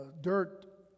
dirt